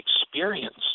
experience